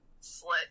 slit